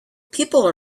people